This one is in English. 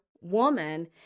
woman